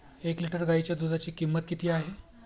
एक लिटर गाईच्या दुधाची किंमत किती आहे?